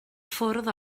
ffwrdd